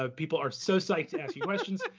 ah people are so psyched to ask you questions.